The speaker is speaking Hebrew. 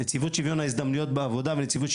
נציבות שוויון הזדמנויות בעבודה ונציבותי